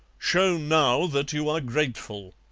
show now that you are grateful